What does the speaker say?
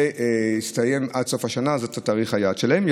זה יסתיים עד סוף השנה, זה תאריך היעד שלהם.